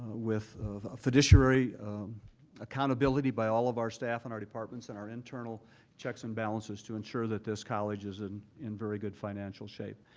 with fiduciary accountability by all of our staff in our departments and our internal checks and balances to ensure that this college is and in very good financial shape.